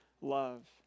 love